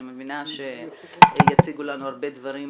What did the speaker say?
אני מבינה שיציגו לנו הרבה דברים